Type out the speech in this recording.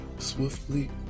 Swiftly